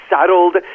settled